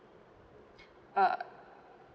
uh